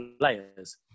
layers